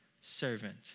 servant